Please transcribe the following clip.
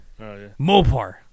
Mopar